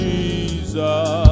Jesus